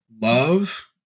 love